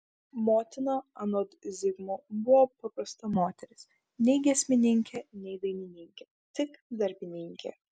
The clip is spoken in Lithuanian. motina anot zigmo buvo paprasta moteris nei giesmininkė nei dainininkė tik darbininkė